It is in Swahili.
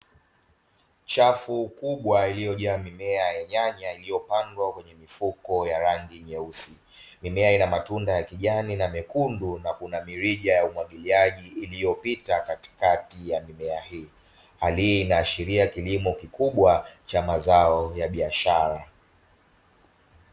Chafu kubwa iliyojaa mimea ya nyanya iliyopandwa kwenye mifuko ya rangi nyeusi, mimea ina matunda ya kijani na mekundu na kuna mirija ya umwagiliaji iliyopita katikati ya mimea hii, hali hii inayoashiria kilimo kikubwa cha mazao ya biashara.